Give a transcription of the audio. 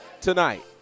tonight